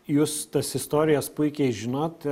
jūs tas istorijas puikiai žinot